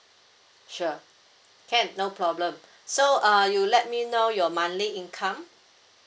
sure can no problem so uh you let me know your monthly income